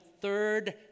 third